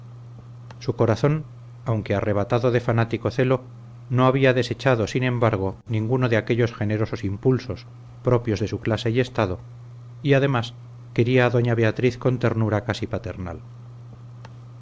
su corazón aunque arrebatado de fanático celo no había desechado sin embargo ninguno de aquellos generosos impulsos propios de su clase y estado y además quería a doña beatriz con ternura casi paternal